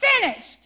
finished